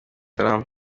salaam